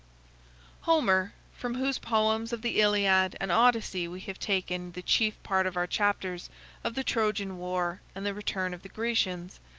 homer, from whose poems of the iliad and odyssey we have taken the chief part of our chapters of the trojan war and the return of the grecians,